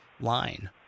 line